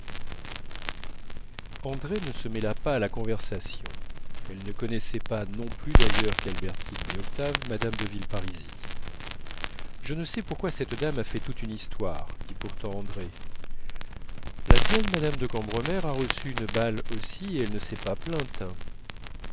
andrée ne se mêla pas à la conversation elle ne connaissait pas non plus d'ailleurs qu'albertine ni octave mme de villeparisis je ne sais pas pourquoi cette dame a fait toute une histoire dit pourtant andrée la vieille mme de cambremer a reçu une balle aussi et elle ne s'est pas plainte